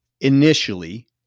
initially